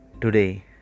today